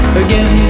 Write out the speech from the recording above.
again